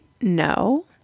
No